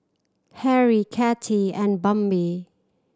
Harrie Katy and Bambi